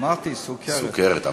אמרתי סוכרת.